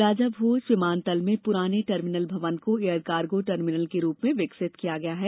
राजा भोज विमान तल में पुराने टर्मिनल भवन को एयर कार्गो टर्मिनल के रूप में विकसित किया गया है